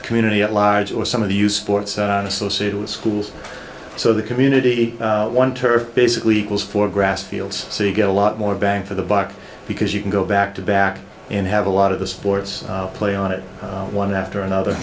community at large or some of the use for it's associated with schools so the community is one turf basically equals four grass fields so you get a lot more bang for the buck because you can go back to back and have a lot of the sports play on it one after another